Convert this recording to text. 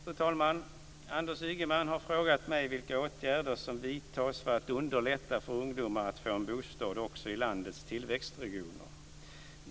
Fru talman! Anders Ygeman har frågat mig vilka åtgärder som vidtas för att underlätta för ungdomar att få en bostad, också i landets tillväxtregioner.